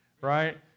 right